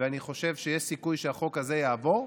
ואני חושב שיש סיכוי שהחוק הזה יעבור.